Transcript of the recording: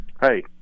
Hey